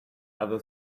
other